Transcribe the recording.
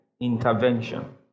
intervention